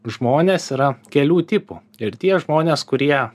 žmonės yra kelių tipų ir tie žmonės kurie